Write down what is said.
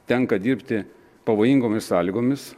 tenka dirbti pavojingomis sąlygomis